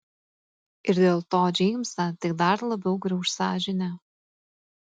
ir dėl to džeimsą tik dar labiau grauš sąžinė